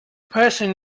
person